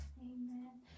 Amen